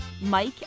Mike